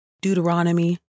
Deuteronomy